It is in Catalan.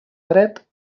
dret